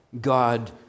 God